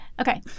Okay